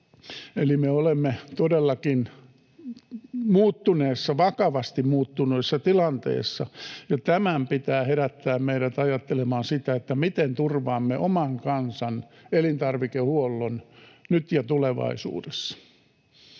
eli me olemme todellakin vakavasti muuttuneessa tilanteessa, ja tämän pitää herättää meidät ajattelemaan sitä, miten turvaamme oman kansan elintarvikehuollon nyt ja tulevaisuudessa.